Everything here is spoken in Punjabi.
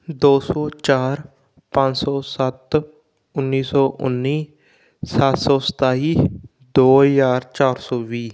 ਦੋ ਸੌ ਚਾਰ ਪੰਜ ਸੌ ਸੱਤ ਉੱਨੀ ਸੌ ਉੱਨੀ ਸੱਤ ਸੌ ਸਤਾਈ ਦੋ ਹਜ਼ਾਰ ਚਾਰ ਸੌ ਵੀਹ